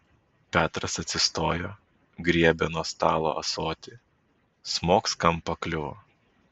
petras atsistojo griebė nuo stalo ąsotį smogs kam pakliuvo